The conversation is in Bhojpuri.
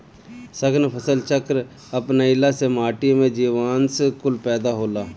सघन फसल चक्र अपनईला से माटी में जीवांश कुल पैदा होला